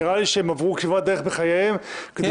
נראה לי שהם עברו כברת דרך בחייהם כדי